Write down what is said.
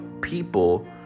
people